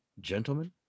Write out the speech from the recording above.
gentlemen